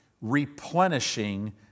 replenishing